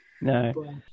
No